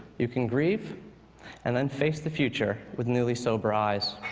you can grieve and then face the future with newly sober eyes.